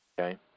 Okay